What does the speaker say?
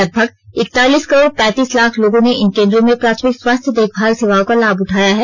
लगभग एकतालीस करोड़ पैंतीस लाख लोगों ने इन केन्द्रों में प्राथमिक स्वास्थ्य देखभाल सेवाओं का लाभ उठाया है